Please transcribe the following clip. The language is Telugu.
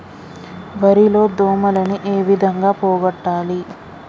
వరి లో దోమలని ఏ విధంగా పోగొట్టాలి?